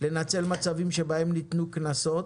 לנצל מצבים שבהם ניתנו קנסות,